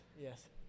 yes